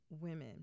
women